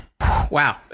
Wow